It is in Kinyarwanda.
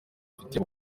afitiye